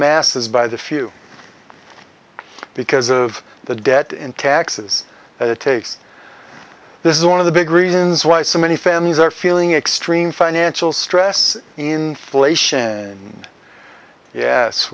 masses by the few because of the debt and taxes that it takes this is one of the big reasons why so many families are feeling extreme financial stress in relation yes